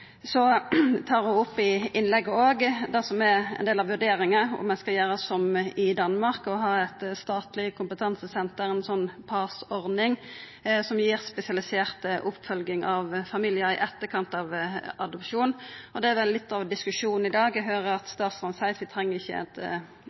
Så tar ho òg opp i innlegget det som er ein del av vurderinga, om vi skal gjera som i Danmark, å ha eit statleg kompetansesenter, ei sånn PAS-ordning, som gir spesialisert oppfølging av familiar i etterkant av adopsjon. Og det er vel litt av diskusjonen i dag. Eg høyrer at